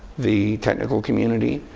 the technical community,